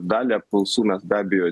dalį apklausų mes be abejo